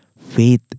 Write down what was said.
faith